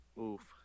Oof